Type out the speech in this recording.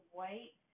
white